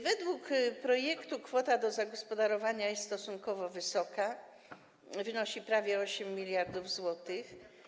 Według projektu kwota do zagospodarowania jest stosunkowo wysoka, wynosi prawie 8 mld zł.